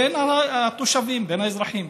בין התושבים, בין האזרחים.